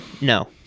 no